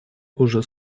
уже